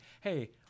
Hey